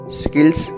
skills